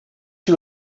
you